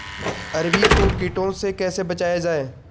अरबी को कीटों से कैसे बचाया जाए?